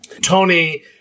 Tony